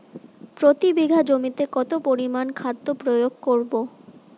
প্রতি বিঘা জমিতে কত পরিমান খাদ্য প্রয়োগ করব?